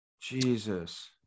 jesus